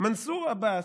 מנסור עבאס,